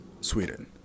Sweden